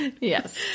Yes